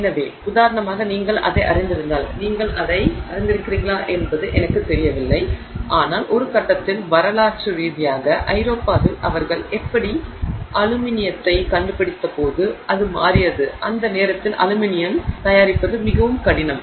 எனவே உதாரணமாக நீங்கள் அதை அறிந்திருந்தால் நீங்கள் அதை அறிந்திருக்கிறீர்களா என்பது எனக்குத் தெரியவில்லை ஆனால் ஒரு கட்டத்தில் வரலாற்று ரீதியாக ஐரோப்பாவில் அவர்கள் அப்படி அலுமினியத்தை கண்டுபிடித்தபோது அது மாறியது அந்த நேரத்தில் அலுமினியம் தயாரிப்பது மிகவும் கடினம்